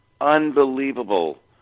unbelievable